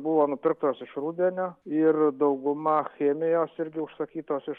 buvo nupirktos iš rudenio ir dauguma chemijos irgi užsakytos iš